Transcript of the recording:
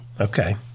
Okay